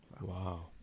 Wow